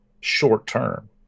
short-term